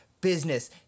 business